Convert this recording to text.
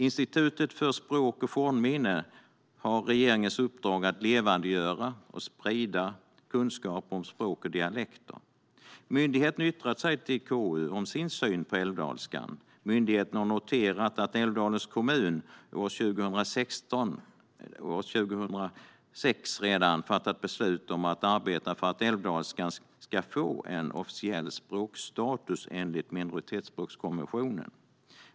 Institutet för språk och fornminnen har regeringens uppdrag att levandegöra och sprida kunskaper om språk och dialekter. Myndigheten har yttrat sig till KU om sin syn på älvdalskan. Myndigheten har noterat att Älvdalens kommun redan år 2006 fattat beslut om att arbeta för att älvdalskan ska få en officiell språkstatus enligt minoritetsspråkskonventionen.